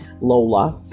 Lola